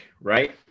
right